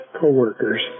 coworkers